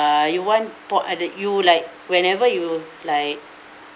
you want point uh the you like whenever you like